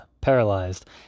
paralyzed